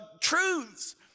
truths